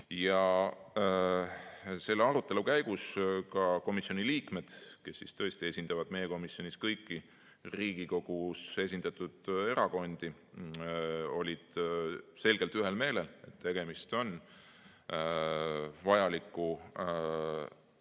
Selle arutelu käigus ka komisjoni liikmed, kes tõesti esindavad meie komisjonis kõiki Riigikogus olevaid erakondi, olid selgelt ühel meelel, et tegemist on vajaliku